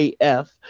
AF